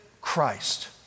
Christ